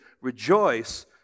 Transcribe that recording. rejoice